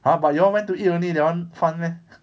!huh! but you all went to eat only that one fun meh